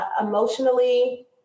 emotionally